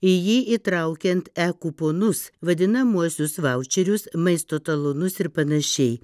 į jį įtraukiant e kuponus vadinamuosius vaučerius maisto talonus ir panašiai